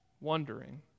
wondering